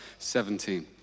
17